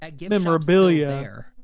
memorabilia